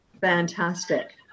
Fantastic